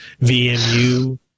VMU